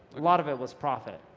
a lot of it was profit,